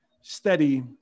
steady